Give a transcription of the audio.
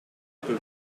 peu